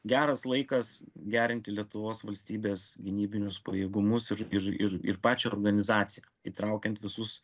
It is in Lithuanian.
geras laikas gerinti lietuvos valstybės gynybinius pajėgumus ir ir ir ir pačią organizaciją įtraukiant visus